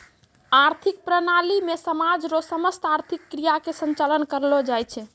आर्थिक प्रणाली मे समाज रो समस्त आर्थिक क्रिया के संचालन करलो जाय छै